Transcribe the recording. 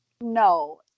No